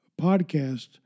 podcast